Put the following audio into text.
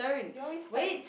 you always find